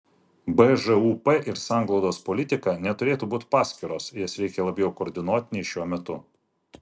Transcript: bžūp ir sanglaudos politika neturėtų būti paskiros jas reikia labiau koordinuoti nei šiuo metu